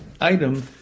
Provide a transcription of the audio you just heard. item